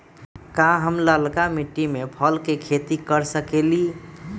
का हम लालका मिट्टी में फल के खेती कर सकेली?